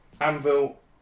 Anvil